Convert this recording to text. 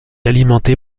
alimentée